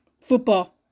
Football